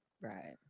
Right